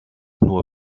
nur